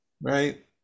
right